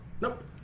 Nope